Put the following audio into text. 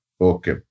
Okay